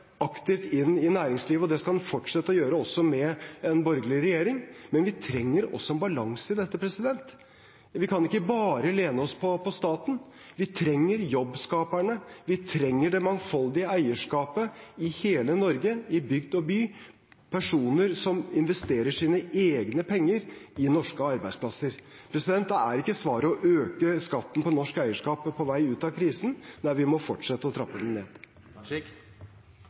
aktivt inn i næringslivet, og det skal den fortsette å gjøre også med en borgerlig regjering. Men vi trenger også en balanse i dette. Vi kan ikke bare lene oss på staten. Vi trenger jobbskaperne, vi trenger det mangfoldige eierskapet i hele Norge, i bygd og by, personer som investerer sine egne penger i norske arbeidsplasser. Da er ikke svaret å øke skatten på norsk eierskap på vei ut av krisen. Nei, vi må fortsette å trappe den ned.